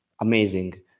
amazing